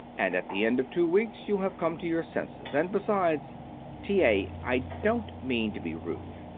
and at the end of two weeks you'll have come to your senses, and besides t. a, i don't mean to be rude.